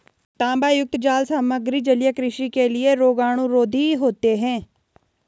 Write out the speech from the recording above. तांबायुक्त जाल सामग्री जलीय कृषि के लिए रोगाणुरोधी होते हैं